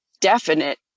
definite